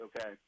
okay